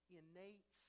innate